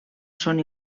són